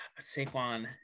Saquon